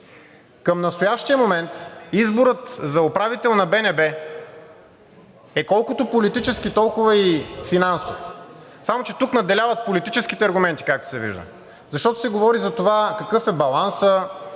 Към настоящия момент изборът за управител на БНБ е колкото политически, толкова и финансов, само че тук надделяват политическите аргументи, както се вижда, защото се говори за това какъв е балансът,